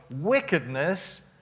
wickedness